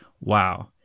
Wow